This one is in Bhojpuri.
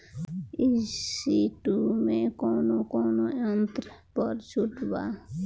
ई.सी टू मै कौने कौने यंत्र पर छुट बा?